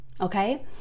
okay